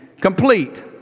complete